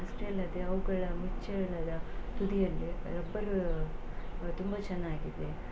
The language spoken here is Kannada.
ಅಷ್ಟೇ ಅಲ್ಲದೆ ಅವುಗಳ ಮುಚ್ಚಳಗಳ ತುದಿಯಲ್ಲಿ ರಬ್ಬರ್ ತುಂಬ ಚೆನ್ನಾಗಿದೆ